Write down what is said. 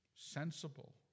Sensible